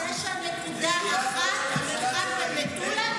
גלעד קריב (העבודה): איפה מטולה וקריית שמונה?